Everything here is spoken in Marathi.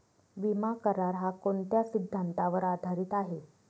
विमा करार, हा कोणत्या सिद्धांतावर आधारीत आहे?